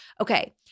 Okay